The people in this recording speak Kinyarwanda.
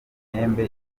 imyembe